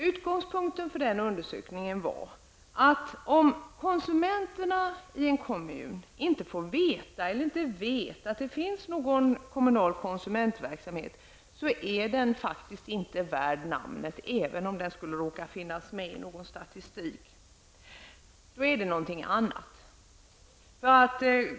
Utgångspunkten för den undersökningen var att om konsumenterna i en kommun inte vet att det finns kommunal konsumentverksamhet är den faktiskt inte värd namnet, även om den skulle råkas finnas med i någon statistik. Då är det något annat.